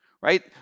right